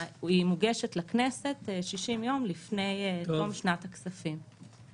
והיא מוגשת לכנסת 60 יום לפני תום שנת הכספים.